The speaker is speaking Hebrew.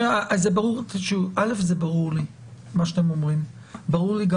מה שאתם אומרים, זה ברור לי.